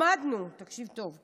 למדנו" תקשיב טוב,